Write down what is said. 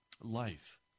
life